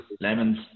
lemons